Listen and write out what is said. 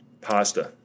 pasta